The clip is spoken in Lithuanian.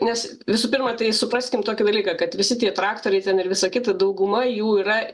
nes visų pirma tai supraskime tokį dalyką kad visi tie traktoriai ten ir visa kita dauguma jų yra